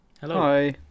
Hello